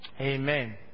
Amen